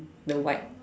the white